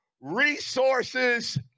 resources